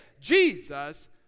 Jesus